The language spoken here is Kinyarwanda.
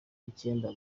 icyenda